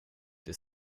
det